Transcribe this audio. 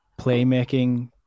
playmaking